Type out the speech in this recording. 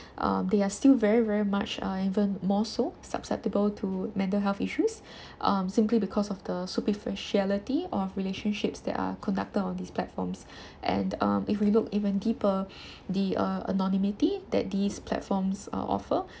uh they are still very very much uh even more so susceptible to mental health issues um simply because of the superficiality of relationships that are conducted on these platforms and um if we look even deeper the uh anonymity that these platforms uh offer